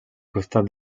costat